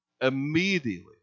immediately